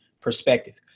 perspective